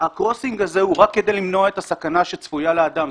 ה"קרוסינג" הזה הוא רק כדי למנוע את הסכנה שצפויה לאדם.